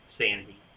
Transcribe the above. sanity